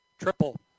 triple